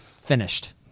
finished